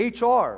HR